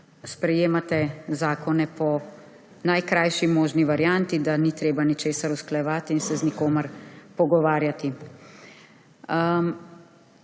sprejemate zakone po najkrajši možni varianti, da ni treba ničesar usklajevati in se z nikomur pogovarjati.